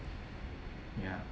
ya